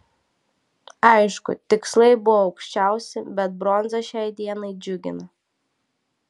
aišku tikslai buvo aukščiausi bet bronza šiai dienai džiugina